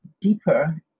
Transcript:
deeper